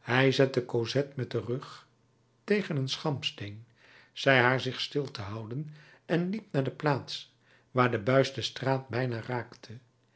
hij zette cosette met den rug tegen een schampsteen zei haar zich stil te houden en liep naar de plaats waar de buis de straat bijna raakte